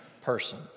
person